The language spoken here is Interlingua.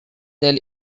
del